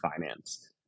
finance